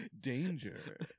danger